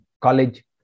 college